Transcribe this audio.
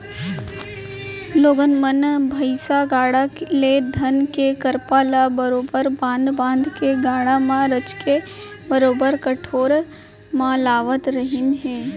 लोगन मन भईसा गाड़ा ले धान के करपा ल बरोबर बांध बांध के गाड़ा म रचके बरोबर कोठार म लावत रहिन हें